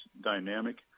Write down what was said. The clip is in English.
dynamic